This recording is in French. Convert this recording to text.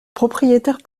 propriétaire